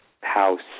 house